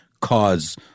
cause –